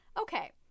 Okay